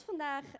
vandaag